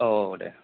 औ दे